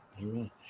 Amen